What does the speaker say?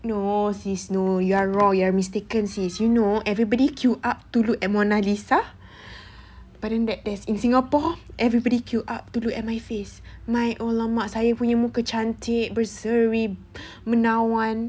no sis no you're wrong you're mistaken sis you know everybody queue up to look at mona lisa but in then that's in singapore everybody queue up to look at my face my !alamak! saya punya muka cantik berseri bernawan